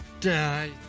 Die